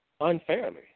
unfairly